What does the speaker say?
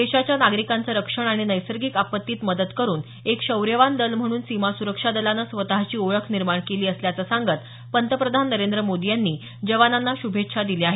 देशाच्या नागरिकांचं रक्षण आणि नैसर्गिक आपत्तीत मदत करून एक शौर्यवान दल म्हणून सीमा सुरक्षा दलानं स्वतःची ओळख निर्माण केली असल्याचं सांगत पंतप्रधान नरेंद्र मोदी यांनी जवानांना श्भेच्छा दिल्या आहेत